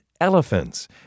elephants